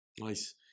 Nice